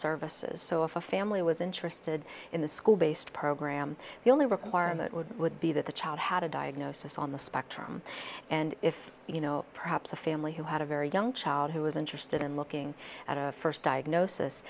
services so if a family was interested in the school based program the only requirement would be that the child had a diagnosis on the spectrum and if you know perhaps a family who had a very young child who was interested in looking at a first diagnosis